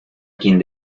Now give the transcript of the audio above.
quien